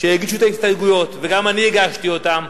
שהגישו את ההסתייגויות, וגם אני הגשתי אותן: